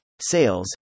Sales